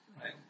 right